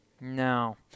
No